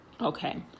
okay